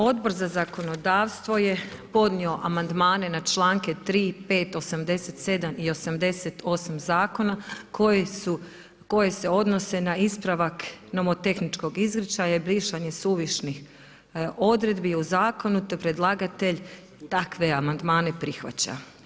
Odbor za zakonodavstvo je podnio amandmane na članke 3., 5., 87. i 88. zakona koje se odnose na ispravak nomotehničkog izričaja i brisanje suvišnih odredbi u zakonu, te predlagatelj takve amandmane prihvaća.